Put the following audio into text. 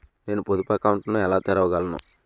నేను పొదుపు అకౌంట్ను ఎలా తెరవగలను?